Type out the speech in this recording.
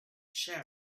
sharing